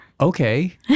Okay